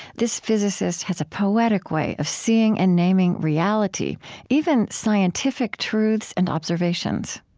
this physicist has a poetic way of seeing and naming reality even scientific truths and observations